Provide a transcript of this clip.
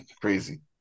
crazy